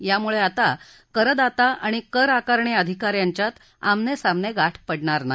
यामुळे आता करदाता आणि करआकारणी अधिका यांच्यात आमने सामने गाठ पडणार नाही